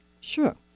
Sure